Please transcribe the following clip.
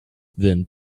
then